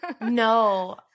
No